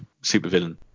supervillain